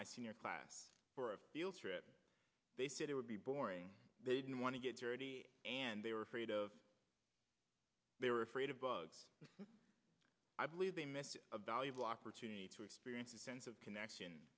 my senior class or a field trip they said it would be boring they didn't want to get dirty and they were afraid of they were afraid of bugs i believe a valuable opportunity to experience a sense of connection